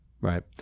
Right